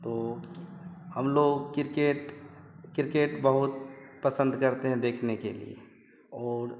तो हम लोग क्रिकेट क्रिकेट बहुत पसंद करते हैं देखने के लिए और